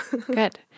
Good